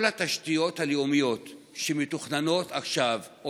כל התשתיות הלאומיות שמתוכננות עכשיו או